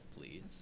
please